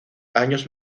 años